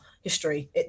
history